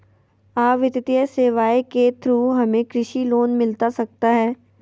आ वित्तीय सेवाएं के थ्रू हमें कृषि लोन मिलता सकता है?